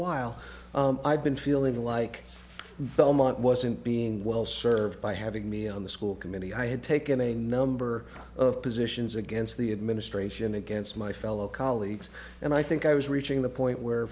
while i've been feeling like belmont wasn't being well served by having me on the school committee i had taken a number of positions against the administration against my fellow colleagues and i think i was reaching the point where